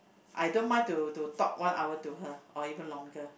I don't mind to to talk one hour to her or even longer